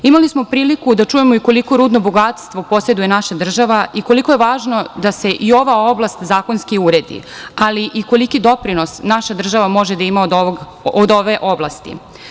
Imali smo priliku da čujemo i koliko rudno bogatstvo poseduje naša država i koliko je važno da se i ova oblast zakonski uredi, ali i koliki doprinos naša država može da ima od ove oblasti.